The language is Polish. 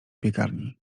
piekarni